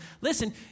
listen